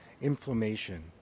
inflammation